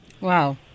Wow